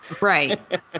Right